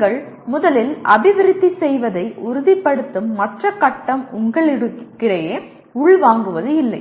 நீங்கள் முதலில் அபிவிருத்தி செய்வதை உறுதிப்படுத்தும் மற்ற கட்டம் உங்களிடையே உள்வாங்குவதில்லை